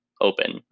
open